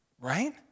right